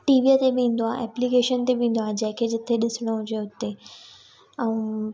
टीवीअ ते बि ईंदो आहे एप्लिकेशन ते बि ईंदो आहे जेके जिते ॾिसणो हुजे उते ऐं